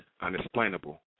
Unexplainable